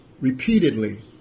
repeatedly